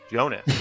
Jonas